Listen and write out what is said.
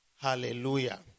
Hallelujah